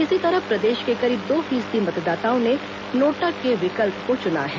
इसी तरह प्रदेश के करीब दो फीसदी मतदाताओं ने नोटा के विकल्प को चुना है